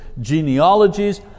genealogies